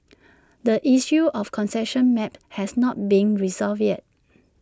the issue of concession maps has not been resolved yet